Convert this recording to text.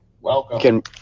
Welcome